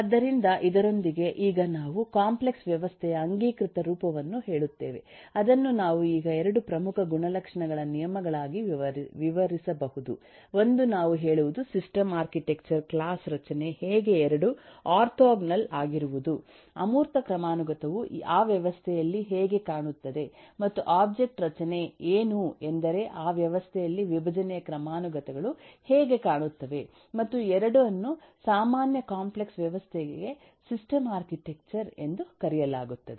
ಆದ್ದರಿಂದ ಇದರೊಂದಿಗೆ ಈಗ ನಾವು ಕಾಂಪ್ಲೆಕ್ಸ್ ವ್ಯವಸ್ಥೆಯ ಅಂಗೀಕೃತ ರೂಪವನ್ನು ಹೇಳುತ್ತೇವೆ ಅದನ್ನು ನಾವು ಈಗ 2 ಪ್ರಮುಖ ಗುಣಲಕ್ಷಣಗಳ ನಿಯಮಗಳಾಗಿ ವಿವರಿಸಬಹುದು 1 ನಾವು ಹೇಳುವುದು ಸಿಸ್ಟಮ್ ಆರ್ಕಿಟೆಕ್ಚರ್ ಕ್ಲಾಸ್ ರಚನೆ ಹೇಗೆ 2 ಆರ್ಥೋಗೋನಲ್ ಆಗಿರುವುದು ಅಮೂರ್ತ ಕ್ರಮಾನುಗತವು ಆ ವ್ಯವಸ್ಥೆಯಲ್ಲಿ ಹೇಗೆ ಕಾಣುತ್ತದೆ ಮತ್ತು ಆಬ್ಜೆಕ್ಟ್ ರಚನೆ ಏನು ಎಂದರೆ ಆ ವ್ಯವಸ್ಥೆಯಲ್ಲಿ ವಿಭಜನೆಯ ಕ್ರಮಾನುಗತಗಳು ಹೇಗೆ ಕಾಣುತ್ತವೆ ಮತ್ತು ಈ 2 ಅನ್ನು ಸಾಮಾನ್ಯವಾಗಿ ಕಾಂಪ್ಲೆಕ್ಸ್ ವ್ಯವಸ್ಥೆಗೆ ಸಿಸ್ಟಮ್ ಆರ್ಕಿಟೆಕ್ಚರ್ ಎಂದು ಕರೆಯಲಾಗುತ್ತದೆ